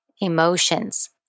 emotions